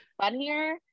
funnier